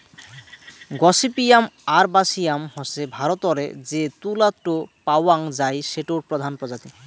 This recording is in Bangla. গসিপিয়াম আরবাসিয়াম হসে ভারতরে যে তুলা টো পাওয়াং যাই সেটোর প্রধান প্রজাতি